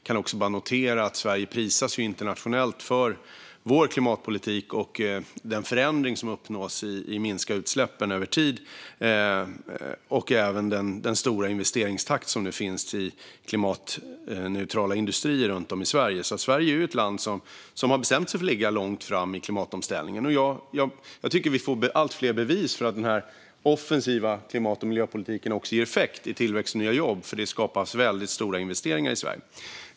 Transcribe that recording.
Jag kan bara notera att vi i Sverige prisas internationellt för vår klimatpolitik och för den förändring som har uppnåtts när det gäller att minska utsläppen över tid liksom den stora investeringstakt som nu finns i klimatneutrala industrier runt om i Sverige. Sverige är ju ett land som har bestämt sig för att ligga långt framme i klimatomställningen. Jag tycker att vi får allt fler bevis för att den offensiva klimat och miljöpolitiken också ger effekt i tillväxt och nya jobb, för det skapas väldigt stora investeringar i Sverige.